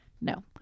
No